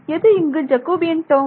எது இங்கு Jacobian term